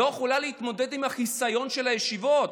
לא יכולה להתמודד עם החיסיון של הישיבות?